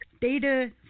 data